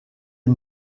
est